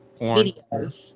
videos